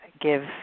give